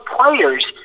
players